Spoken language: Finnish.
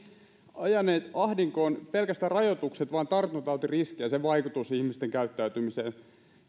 ajaneet ahdinkoon pelkästään rajoitukset vaan tartuntatautiriski ja sen vaikutus ihmisten käyttäytymiseen